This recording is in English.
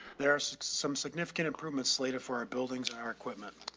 there are some significant improvements slated for our buildings and our equipment